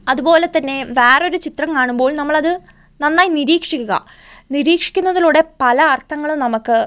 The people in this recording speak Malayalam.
അതുപോലതന്നെ വേറൊരു ചിത്രം കാണുമ്പോൾ നമ്മളത് നന്നായി നിരീക്ഷിക്കുക നിരീക്ഷിക്കുന്നതിലോടെ പല അർഥങ്ങളും നമുക്ക്